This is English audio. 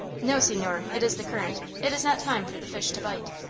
no, signore. it is the current. it is not time for the fish to bite.